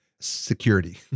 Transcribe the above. security